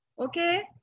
Okay